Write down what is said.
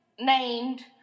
named